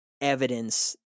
evidence